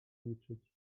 liczyć